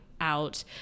out